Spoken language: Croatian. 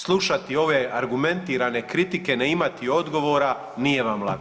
Slušati ove argumentirane kritike, ne imati odgovora, nije vam lako.